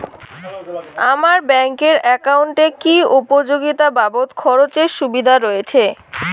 আমার ব্যাংক এর একাউন্টে কি উপযোগিতা বাবদ খরচের সুবিধা রয়েছে?